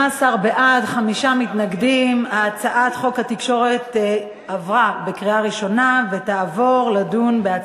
ההצעה להעביר את